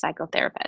psychotherapist